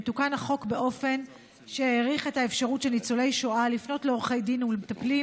תוקן החוק באופן שהאריך את האפשרות של ניצולי שואה לפנות לעורכי דין ולמטפלים